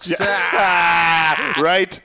right